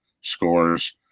scores